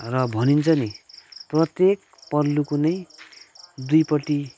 र भनिन्छ नि प्रत्येक पहलूको नै दुईपट्टि